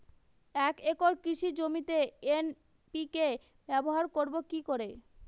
এক একর কৃষি জমিতে এন.পি.কে ব্যবহার করব কি করে?